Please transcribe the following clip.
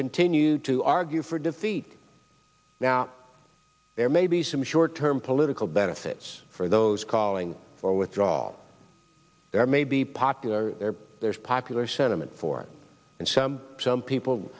continued to argue for defeat now there may be some short term political benefits for those calling for withdrawal there may be popular there's popular sentiment for and some some people